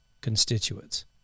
constituents